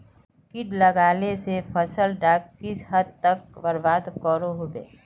किट लगाले से फसल डाक किस हद तक बर्बाद करो होबे?